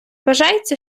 вважається